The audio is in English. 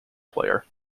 player